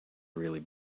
really